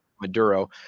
Maduro